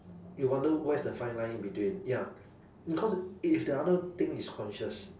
you wonder where's the fine line in between ya because if the other thing is conscious